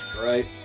right